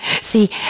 See